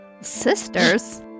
Sisters